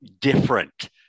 different